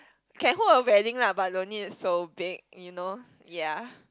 can hold a wedding lah but don't need so big you know ya